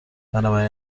بنابراین